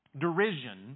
derision